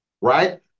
right